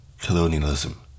colonialism